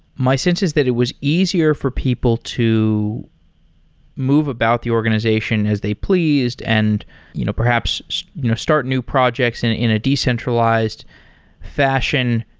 my sense is that it was easier for people to move about the organization as they pleased and you know perhaps so you know start new projects in a decentralized fashion.